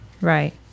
Right